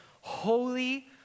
Holy